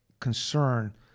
Concern